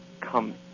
come